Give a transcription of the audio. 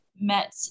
met